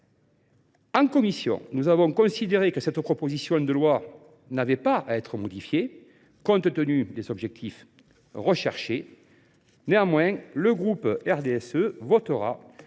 En commission, nous avons considéré que cette proposition de loi n’avait pas à être modifiée compte tenu de l’objectif visé. Néanmoins, les membres du groupe RDSE voteront